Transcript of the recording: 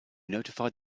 notified